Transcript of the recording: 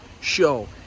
show